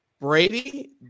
Brady